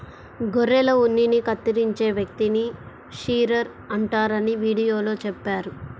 గొర్రెల ఉన్నిని కత్తిరించే వ్యక్తిని షీరర్ అంటారని వీడియోలో చెప్పారు